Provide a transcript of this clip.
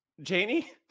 Janie